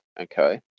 okay